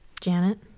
janet